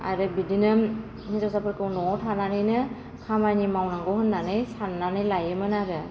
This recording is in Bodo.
आरो बिदिनो हिनजावसाफोरखौ न'आव थानानैनो खामानि मावनांगौ होन्नानै सान्नानै लायोमोन आरो